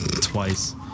twice